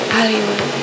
Hollywood